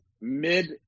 mid